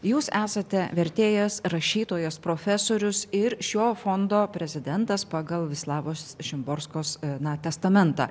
jūs esate vertėjas rašytojas profesorius ir šio fondo prezidentas pagal vislavos šimborskos na testamentą